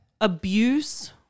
abuse